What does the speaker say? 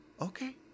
Okay